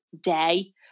Day